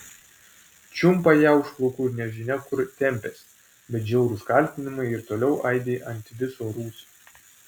čiumpa ją už plaukų ir nežinia kur tempiasi bet žiaurūs kaltinimai ir toliau aidi ant viso rūsio